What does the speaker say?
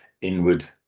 inward